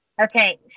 Okay